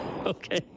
Okay